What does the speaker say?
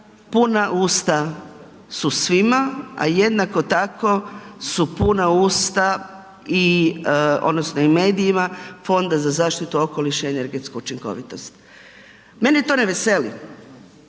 puna usta su svima, a jednako tako su puna usta i odnosno i medijima Fonda za zaštitu okoliša i energetsku učinkovitost. Mene to ne veseli,